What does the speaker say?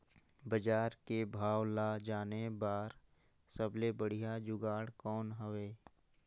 बजार के भाव ला जाने बार सबले बढ़िया जुगाड़ कौन हवय?